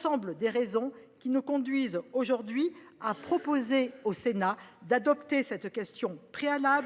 sont les raisons qui nous conduisent aujourd'hui à proposer au Sénat d'adopter cette motion tendant